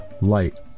light